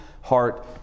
heart